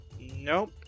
Nope